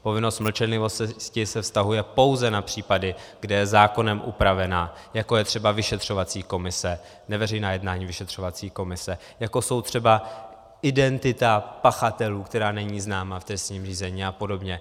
Povinnost mlčenlivosti se vztahuje pouze na případy, kde je zákonem upravena, jako je třeba vyšetřovací komise, neveřejná jednání vyšetřovací komise, jako je třeba identita pachatelů, která není známa v trestním řízení, apod.